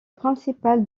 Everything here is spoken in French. principal